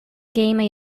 game